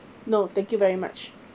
no thank you very much